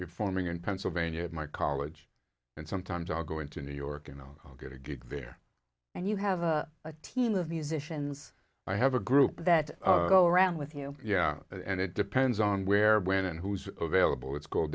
performing in pennsylvania at my college and sometimes i'll go into new york you know i'll get a gig there and you have a team of musicians i have a group that go around with you yeah and it depends on where when and who's available it's called